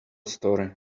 story